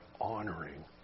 honoring